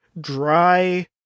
dry